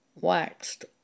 waxed